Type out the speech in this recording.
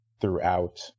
throughout